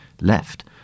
left